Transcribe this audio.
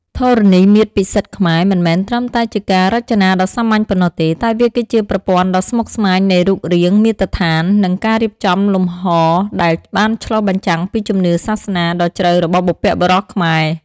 ធរណីមាត្រពិសិដ្ឋខ្មែរមិនមែនត្រឹមតែជាការរចនាដ៏សាមញ្ញប៉ុណ្ណោះទេ តែវាគឺជាប្រព័ន្ធដ៏ស្មុគស្មាញនៃរូបរាង មាត្រដ្ឋាន និងការរៀបចំលំហដែលបានឆ្លុះបញ្ចាំងពីជំនឿសាសនាដ៏ជ្រៅរបស់បុព្វបុរសខ្មែរ។